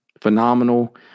Phenomenal